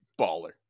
baller